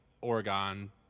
Oregon